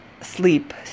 sleep